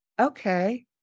okay